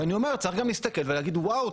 וצריך גם להסתכל ולהגיד: "וואו,